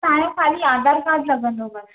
तव्हां जो ख़ाली आधार कार्ड लॻन्दो बस